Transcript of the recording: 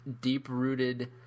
deep-rooted